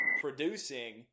producing